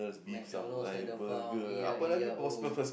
MacDonald's had a farm e i e i o